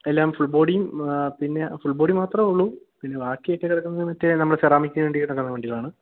എല്ലാം ഫുൾ ബോഡിയും പിന്നെ ഫുൾ ബോഡി മാത്രമേ ഉള്ളൂ പിന്ന ബാക്കിയൊക്കെ കിടക്കുന്നത് മറ്റേ നമ്മള് സെറാമിക്കിനുവേണ്ടി കിടക്കുന്ന വണ്ടികളാണ്